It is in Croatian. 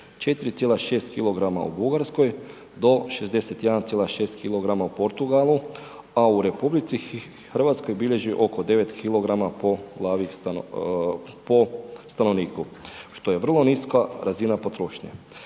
4,6 kg u Bugarskoj do 61,6 kg u Portugalu a u RH bilježi oko 9 kg po stanovniku što je vrlo niska razina potrošnje.